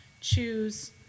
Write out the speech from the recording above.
choose